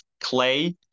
clay